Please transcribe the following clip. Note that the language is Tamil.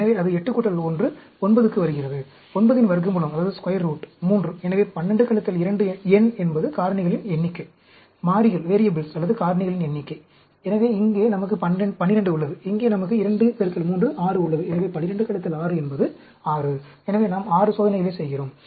எனவே அது 8 1 9 க்கு வருகிறது 9 இன் வர்க்க மூலம் 3 எனவே 12 2 n என்பது காரணிகளின் எண்ணிக்கை மாறிகள் அல்லது காரணிகளின் எண்ணிக்கை எனவே இங்கே நமக்கு 12 உள்ளது இங்கே நமக்கு 2 3 6 உள்ளது எனவே 12 6 என்பது 6 எனவே நாம் 6 சோதனைகளை செய்கிறோம்